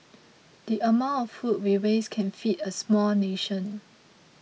the amount of food we waste can feed a small nation